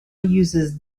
uses